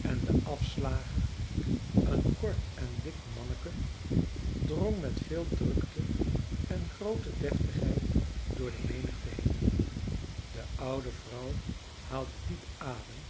en de afslager een kort en dik manneke drong met veel drukte en groote deftigheid door de menigte heen de oude vrouw haalde diep adem